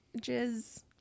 Jizz